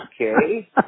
okay